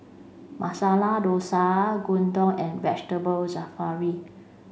Masala Dosa Gyudon and Vegetable Jalfrezi